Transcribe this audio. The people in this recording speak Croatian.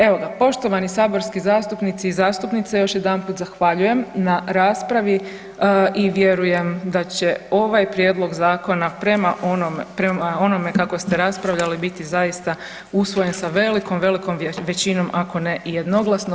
Evo ga, poštovani saborski zastupnici i zastupnice, još jedanput zahvaljujem na raspravi i vjerujem da će ovaj prijedlog zakona prema onome kako ste raspravljali biti zaista usvojen sa velikom, velikom većinom ako ne i jednoglasno.